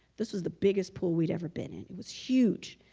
this was the biggest pool we'd ever been in. it was huge.